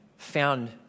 found